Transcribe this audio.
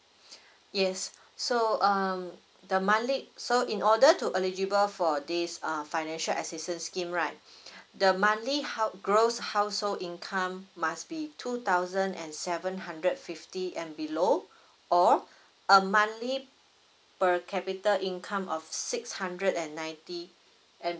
yes so um the monthly so in order to eligible for this uh financial assistance scheme right the monthly house gross householf income must be two thousand and seven hundred fifty and below or a monthly per capita income of six hundred and ninety and